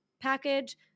package